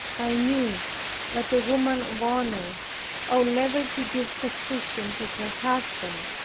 i knew that a woman of honor ought never to give suspicion to her husband.